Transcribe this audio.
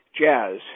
jazz